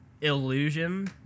illusion